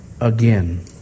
again